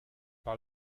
par